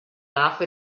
laugh